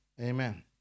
Amen